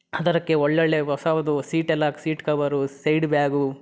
ಅದಕ್ಕೆ ಒಳ್ಳೊಳ್ಳೆಯ ಹೊಸದು ಸೀಟ್ ಎಲ್ಲ ಸೀಟ್ ಕವರು ಸೈಡ್ ಬ್ಯಾಗು